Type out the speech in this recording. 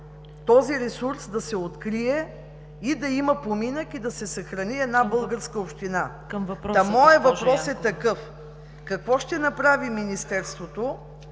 Този ресурс да се открие и да има поминък, и да се съхрани една българска община“. Моят въпрос е: какво ще направи Министерството,